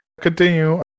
Continue